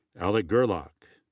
alec gerlach.